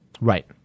right